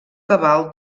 cabal